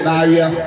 area